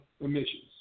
emissions